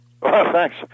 Thanks